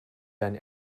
done